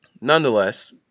Nonetheless